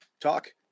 Talk